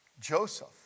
Joseph